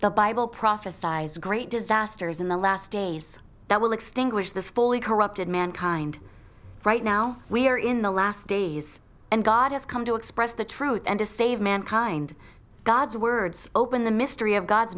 the bible prophesies the great disasters in the last days that will extinguish this fully corrupted mankind right now we are in the last days and god has come to express the truth and to save mankind god's words open the mystery of god's